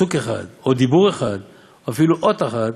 פסוק אחד או דיבור אחד או אפילו אות אחת,